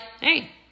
hey